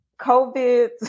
COVID